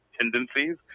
tendencies